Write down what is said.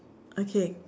okay